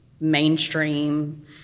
mainstream